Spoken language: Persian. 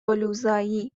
قلوزایی